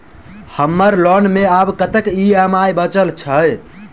हम्मर लोन मे आब कैत ई.एम.आई बचल ह?